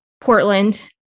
Portland